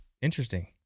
interesting